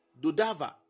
Dodava